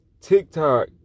TikTok